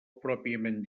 pròpiament